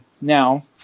Now